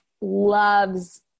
loves